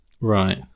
Right